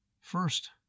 First